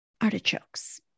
artichokes